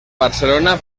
barcelona